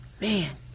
man